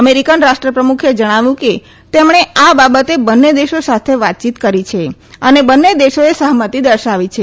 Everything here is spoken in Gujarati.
અમેરિકન રાષ્ટ્રપ્રમુખે જણાવ્યું કે તેમણે આ બાબતે બંને દેશો સાથે વાત કરી છે અને બંને દેશોએ સંમતી દર્શાવી છે